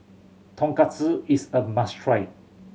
tonkatsu is a must try